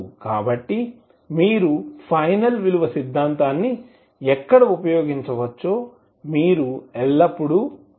కాబట్టి మీరు ఫైనల్ విలువ సిద్ధాంతాన్ని ఎక్కడ ఉపయోగించవచ్చో మీరు ఎల్లప్పుడూ గుర్తుంచుకోవాలి